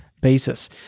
basis